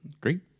Great